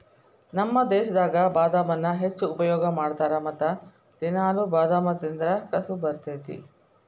ನಮ್ಮ ದೇಶದಾಗ ಬಾದಾಮನ್ನಾ ಹೆಚ್ಚು ಉಪಯೋಗ ಮಾಡತಾರ ಮತ್ತ ದಿನಾಲು ಬಾದಾಮ ತಿಂದ್ರ ಕಸು ಬರ್ತೈತಿ